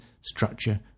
structure